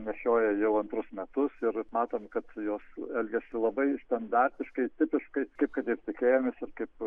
nešioja jau antrus metus ir matom kad jos elgiasi labai standartiškai tipiškai kaip kad ir tikėjomės ir kaip